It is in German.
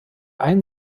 einen